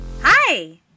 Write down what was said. Hi